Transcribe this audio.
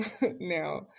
now